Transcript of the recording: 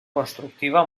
constructiva